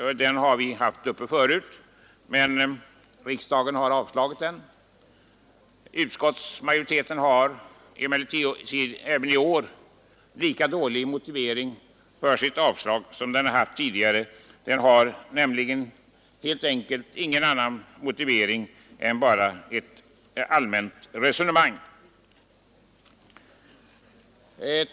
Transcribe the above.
Vi har behandlat likalydande motioner tidigare, som riksdagen då har avslagit. Utskottets majoritet har i år lika dålig motivering för sitt avslagsyrkande som tidigare år och har bara fört ett allmänt resonemang i frågan.